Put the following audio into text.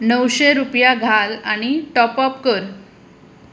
णवशे रुपया घाल आनी टॉप अप कर